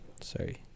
Sorry